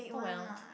oh well